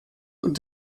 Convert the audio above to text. und